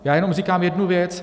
Já jenom říkám jednu věc.